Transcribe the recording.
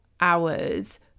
hours